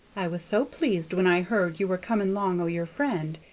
i was so pleased when i heard you were coming long o' your friend.